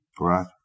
Right